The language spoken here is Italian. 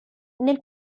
nel